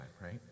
right